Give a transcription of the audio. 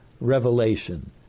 revelation